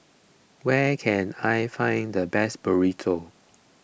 where can I find the best Burrito